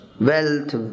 wealth